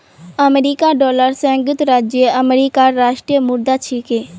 अमेरिकी डॉलर संयुक्त राज्य अमेरिकार राष्ट्रीय मुद्रा छिके